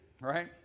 right